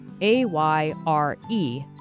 A-Y-R-E